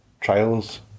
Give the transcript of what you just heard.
trials